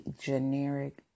generic